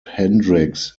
hendricks